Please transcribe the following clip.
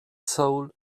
soul